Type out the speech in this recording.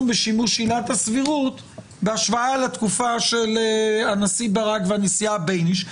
בשימוש עילת הסבירות בהשוואה לתקופה של הנשיא ברק והנשיאה בייניש,